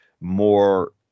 more